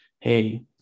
hey